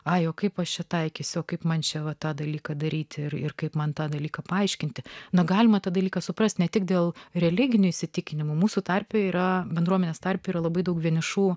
pajuokai pasitaikiusio kaip man čia va tą dalyką daryti ir kaip man tą dalyką paaiškinti negalima tą dalyką suprasti ne tik dėl religinių įsitikinimų mūsų tarpe yra bendruomenės tarpe yra labai daug vienišų